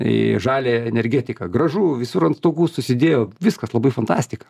į žaliąją energetiką gražu visur ant stogų susidėjo viskas labai fantastika